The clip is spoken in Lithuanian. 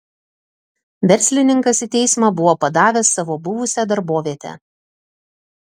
verslininkas į teismą buvo padavęs savo buvusią darbovietę